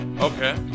Okay